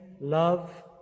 love